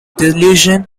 delusion